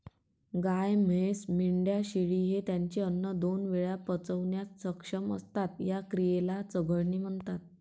गाय, म्हैस, मेंढ्या, शेळी हे त्यांचे अन्न दोन वेळा पचवण्यास सक्षम असतात, या क्रियेला चघळणे म्हणतात